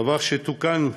הדבר תוקן,